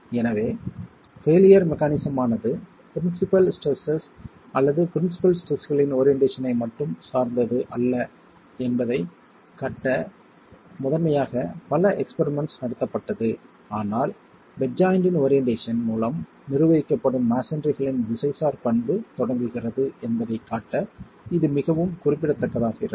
எனவே பெயிலியர் மெக்கானிஸமானது principal stresses அல்லது பிரின்சிபல் ஸ்ட்ரெஸ்களின் ஓரியென்ட்டேஷனை மட்டும் சார்ந்தது அல்ல என்பதை கட்ட முதன்மையாக பல எஸ்பிரிமெண்ட்ஸ் நடத்தப்பட்டது ஆனால் பெட் ஜாய்ண்ட்டின் ஓரியென்ட்டேஷன் மூலம் நிர்வகிக்கப்படும் மஸோன்றிகளின் திசைசார் பண்பு தொடங்குகிறது என்பதைக் காட்ட இது மிகவும் குறிப்பிடத்தக்கதாகிறது